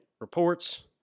reports